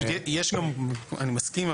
אני מסכים,